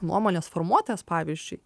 nuomonės formuotojas pavyzdžiui